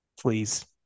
Please